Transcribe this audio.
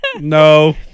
no